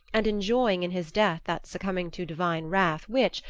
and enjoying in his death that succumbing to divine wrath which,